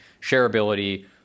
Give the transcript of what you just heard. shareability